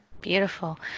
Beautiful